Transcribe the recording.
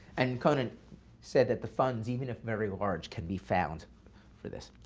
and conant said that the funds, even if very large, can be found for this.